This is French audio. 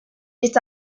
est